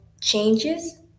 changes